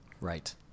Right